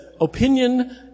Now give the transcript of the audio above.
opinion